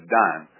done